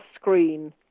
screen